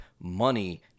money